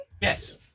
Yes